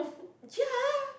ya